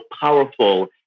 powerful